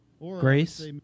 Grace